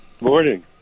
Morning